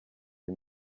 les